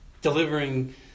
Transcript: delivering